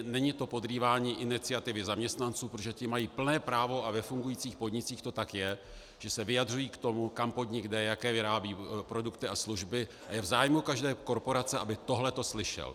Není to podrývání iniciativy zaměstnanců, protože ti mají plné právo, a ve fungujících podnicích to tak je, že se vyjadřují k tomu, kam podnik jde, jaké vyrábí produkty a služby, a je v zájmu každé korporace, aby tohle slyšela.